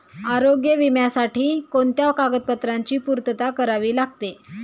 आरोग्य विम्यासाठी कोणत्या कागदपत्रांची पूर्तता करावी लागते?